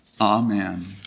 Amen